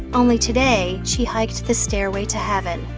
only today, she hiked the stairway to heaven.